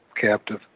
captive